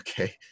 okay